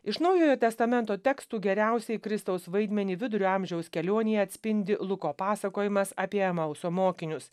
iš naujojo testamento tekstų geriausiai kristaus vaidmenį vidurio amžiaus kelionėje atspindi luko pasakojimas apie emauso mokinius